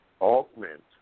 augment